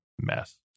mess